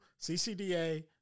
CCDA